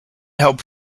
help